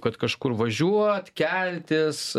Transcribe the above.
kad kažkur važiuot keltis